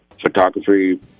photography